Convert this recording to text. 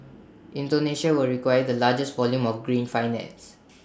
Indonesia will require the largest volume of green finance